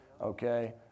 okay